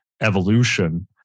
evolution